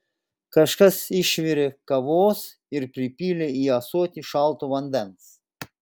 kažkas išvirė kavos ir pripylė į ąsotį šalto vandens